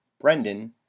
brendan